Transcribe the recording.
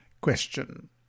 Question